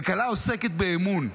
כלכלה עוסקת באמון.